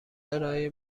ارائه